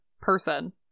person